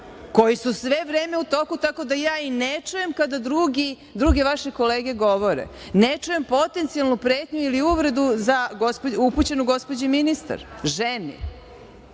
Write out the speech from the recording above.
koji su sve vreme u toku, tako da ja i ne čujem kada druge vaše kolege govore. Ne čujem potencijalnu pretnju ili uvredu upućenu gospođi ministarki, ženi.